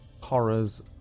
horrors